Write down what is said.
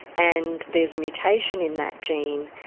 and there's a mutation in that gene,